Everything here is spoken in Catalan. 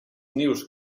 nius